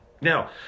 Now